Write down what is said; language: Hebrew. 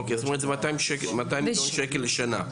אוקיי, זאת אומרת זה 200 מיליון שקל לשנה.